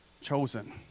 chosen